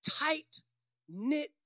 tight-knit